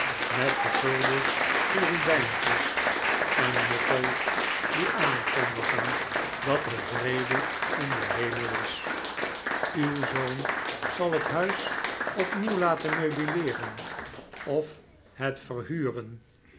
met vergulde cherubijntjes en motto's die aankondigen dat er vrede in den hemel is uw zoon zal het huis opnieuw laten meubileeren of het verhuren